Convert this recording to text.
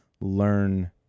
learn